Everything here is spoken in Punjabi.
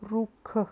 ਰੁੱਖ